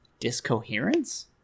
discoherence